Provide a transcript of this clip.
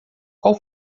qual